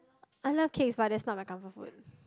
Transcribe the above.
I love cakes but that's not my comfort food